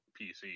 PC